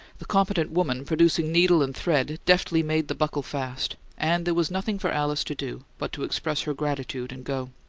the competent woman, producing needle and thread, deftly made the buckle fast and there was nothing for alice to do but to express her gratitude and go.